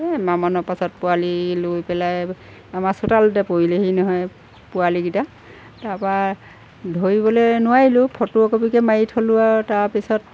এই এমাহমানৰ পাছত পোৱালি লৈ পেলাই আমাৰ চোতালতে পৰিলেহি নহয় পোৱালিকেইটা তাৰপা ধৰিবলৈ নোৱাৰিলোঁ ফটো একপিকে মাৰি থ'লোঁ আৰু তাৰপিছত